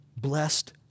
Blessed